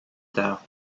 tard